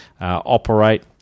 operate